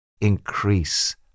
increase